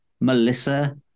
Melissa